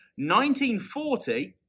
1940